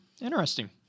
interesting